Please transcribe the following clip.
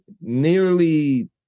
nearly